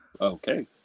Okay